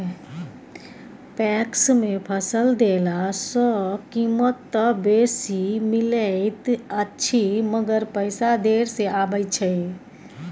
PACS मे फसल देला सॅ कीमत त बेसी मिलैत अछि मगर पैसा देर से आबय छै